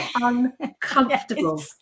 uncomfortable